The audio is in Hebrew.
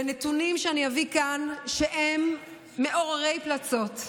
בנתונים שאני אביא כאן, שהם מעוררי פלצות.